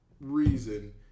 reason